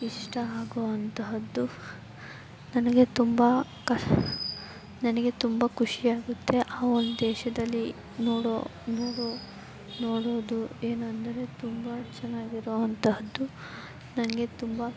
ಇಷ್ಟ ಆಗೋ ಅಂತಹದ್ದು ನನಗೆ ತುಂಬ ಕ ನನಗೆ ತುಂಬ ಖುಷಿಯಾಗುತ್ತೆ ಆ ಒಂದು ದೇಶದಲ್ಲಿ ನೋಡೋ ನೋಡೋ ನೋಡೋದು ಏನೆಂದ್ರೆ ತುಂಬ ಚೆನ್ನಾಗಿರೋ ಅಂತಹದ್ದು ನನಗೆ ತುಂಬ